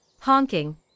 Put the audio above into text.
Honking